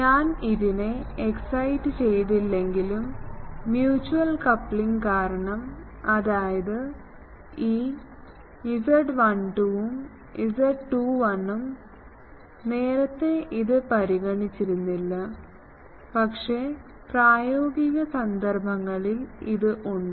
ഞാൻ ഇതിനെ എക്സൈറ്റ് ചെയ്തില്ലെങ്കിലും മ്യൂച്വൽ കപ്ലിങ് കാരണം അതായത് ഈ Z12 ഉം Z21 ഉം നേരത്തെ ഇത് പരിഗണിച്ചിരുന്നില്ല പക്ഷേ പ്രായോഗിക സന്ദർഭങ്ങളിൽ ഇത് ഉണ്ട്